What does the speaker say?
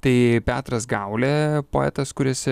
tai petras gaulė poetas kuris